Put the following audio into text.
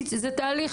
כי זה תהליך.